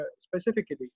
specifically